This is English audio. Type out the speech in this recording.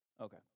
Okay